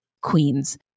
queens